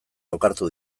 lokartu